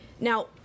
now